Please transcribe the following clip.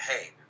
hey